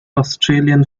australian